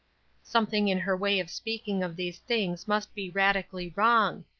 something in her way of speaking of these things must be radically wrong.